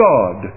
God